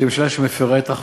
ממשלה שמפרה את החוק,